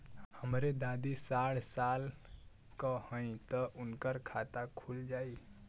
हमरे दादी साढ़ साल क हइ त उनकर खाता खुल जाई?